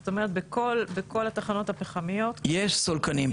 זאת אומרת בכל התחנות הפחמיות יש סולקנים?